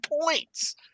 points